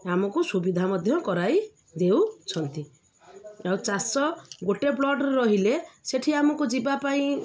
ଆମକୁ ସୁବିଧା ମଧ୍ୟ କରାଇ ଦେଉଛନ୍ତି ଆଉ ଚାଷ ଗୋଟେ ପ୍ଲଟ୍ରେ ରହିଲେ ସେଠି ଆମକୁ ଯିବା ପାଇଁ